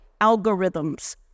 algorithms